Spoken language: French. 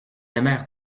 aimèrent